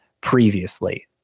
previously